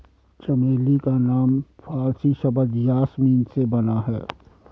चमेली का नाम फारसी शब्द यासमीन से बना है